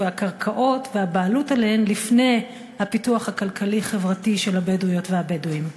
והקרקעות והבעלות עליהם לפני הפיתוח הכלכלי-חברתי של הבדואיות והבדואים?